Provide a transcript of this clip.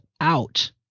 out